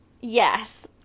yes